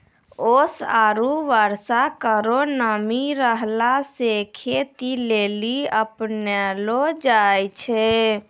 ओस आरु बर्षा केरो नमी रहला सें खेती लेलि अपनैलो जाय छै?